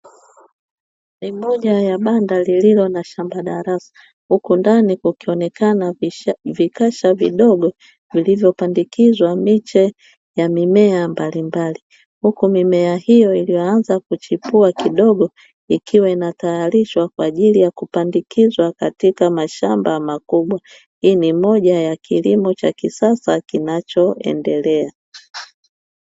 Ni moja ya banda lililo na shamba darasa huku ndani kukionekana vikasha vidogo vilivyooandikizwa miche ya mimea mbalimbali, huku mimea hiyo iliyoanza kuchipua kidogo ikiwa inatayarishwa kwa ajili ya kupandikizwa katika mashamba makubwa, hii ni moja ya kilimo cha kisasa kinachoendelea.